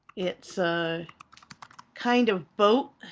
it's a kind of boat